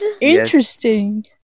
interesting